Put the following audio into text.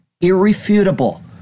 irrefutable